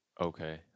okay